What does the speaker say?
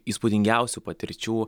įspūdingiausių patirčių